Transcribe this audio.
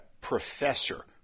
professor